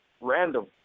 Random